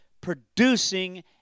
producing